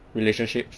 relationships